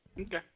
Okay